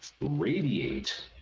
Radiate